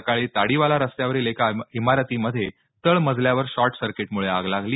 सकाळी ताडीवाला रस्त्यावरील एका इमारती मध्ये तळमजल्यावर शॉर्ट सर्किट मुळे आग लागली